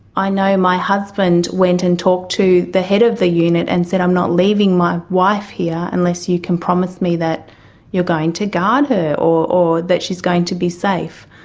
i know my husband went and talked to the head of the unit and said, i'm not leaving my wife here unless you can promise me that you're going to guard her or or that she is going to be safe.